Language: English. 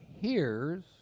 hears